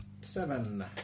seven